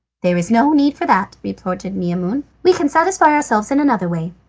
there is no need for that, retorted maimoune we can satisfy ourselves in another way.